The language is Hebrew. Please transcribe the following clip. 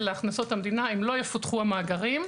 להכנסות המדינה אם לא יפותחו המאגרים,